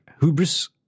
hubris